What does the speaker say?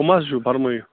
کٕم حظ چھُو فرمٲیِو